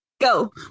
go